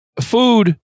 food